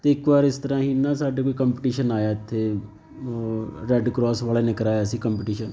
ਅਤੇ ਇੱਕ ਵਾਰ ਇਸ ਤਰ੍ਹਾਂ ਹੀ ਨਾ ਸਾਡੇ ਕੋਈ ਕੰਪਟੀਸ਼ਨ ਆਇਆ ਇੱਥੇ ਰੈਡ ਕਰੋਸ ਵਾਲਿਆਂ ਨੇ ਕਰਾਇਆ ਸੀ ਕੰਪਟੀਸ਼ਨ